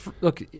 look